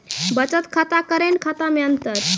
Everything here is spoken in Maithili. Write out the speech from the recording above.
बचत खाता करेंट खाता मे अंतर?